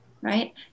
right